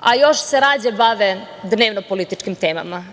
a još se ređe bave dnevno političkim temama,